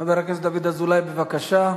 חבר הכנסת דוד אזולאי, בבקשה.